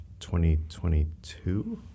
2022